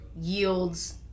yields